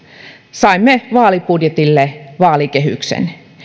saimme vaalibudjetille vaalikehyksen